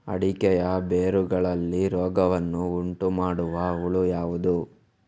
ಅಡಿಕೆಯ ಬೇರುಗಳಲ್ಲಿ ರೋಗವನ್ನು ಉಂಟುಮಾಡುವ ಹುಳು ಯಾವುದು?